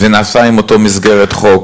זה נעשה עם אותה מסגרת חוק,